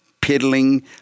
piddling